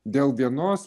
dėl vienos